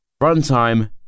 Runtime